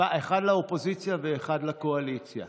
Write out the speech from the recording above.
אחד לאופוזיציה ואחד לקואליציה.